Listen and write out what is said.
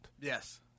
Yes